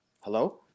Hello